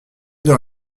dans